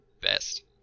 best